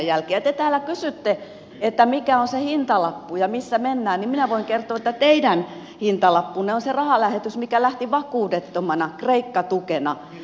kun te täällä kysytte mikä on se hintalappu ja missä mennään niin minä voin kertoa että teidän hintalappunne on se rahalähetys mikä lähti vakuudettomana kreikka tukena